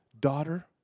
daughter